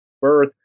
birth